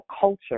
culture